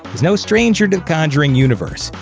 is no stranger to the conjuring universe.